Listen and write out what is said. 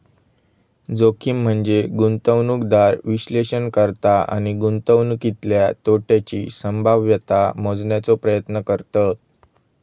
जोखीम म्हनजे गुंतवणूकदार विश्लेषण करता आणि गुंतवणुकीतल्या तोट्याची संभाव्यता मोजण्याचो प्रयत्न करतत